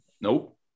Nope